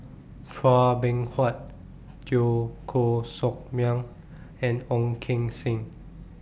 Chua Beng Huat Teo Koh Sock Miang and Ong Keng Sen